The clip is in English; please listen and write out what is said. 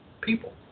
people